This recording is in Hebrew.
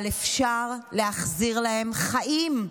אבל אפשר להחזיר להם חיים.